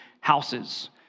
houses